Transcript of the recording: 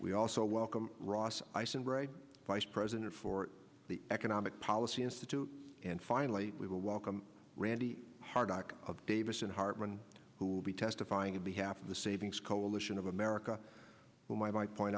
we also welcome ross ice and vice president for the economic policy institute and finally we will welcome randy hardock of davis and hartman who will be testifying in behalf of the savings coalition of america who might point